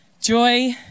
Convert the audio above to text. Joy